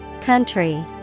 Country